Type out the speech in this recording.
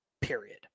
period